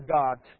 God